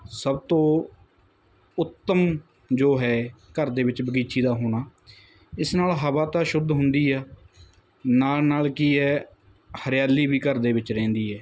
ਸਭ ਤੋਂ ਉੱਤਮ ਜੋ ਹੈ ਘਰ ਦੇ ਵਿੱਚ ਬਗੀਚੀ ਦਾ ਹੋਣਾ ਇਸ ਨਾਲ ਹਵਾ ਤਾਂ ਸ਼ੁੱਧ ਹੁੰਦੀ ਆ ਨਾਲ ਨਾਲ ਕੀ ਹੈ ਹਰਿਆਲੀ ਵੀ ਘਰ ਦੇ ਵਿੱਚ ਰਹਿੰਦੀ ਹੈ